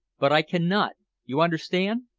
but i cannot you understand!